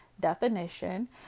definition